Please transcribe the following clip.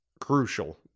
crucial